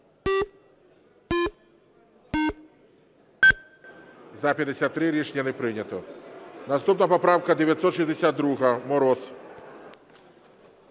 За-53 Рішення не прийнято. Наступна поправка 962, Мороза.